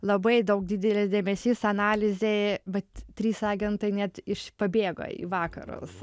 labai daug didelis dėmesys analizei bet trys agentai net iš pabėgo į vakarus